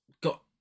Got